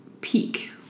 peak